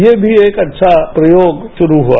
ये भी एक अच्छा प्रयोग शुरू हुआ